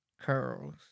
curls